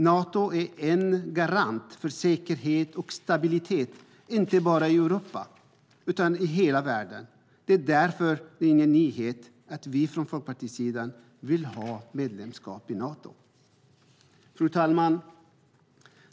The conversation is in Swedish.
Nato är en garant för säkerhet och stabilitet inte bara i Europa utan i hela världen. Det är därför ingen nyhet att vi från Folkpartiets sida vill ha medlemskap i Nato. Fru talman!